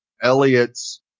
Elliot's